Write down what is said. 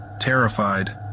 terrified